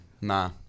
Nah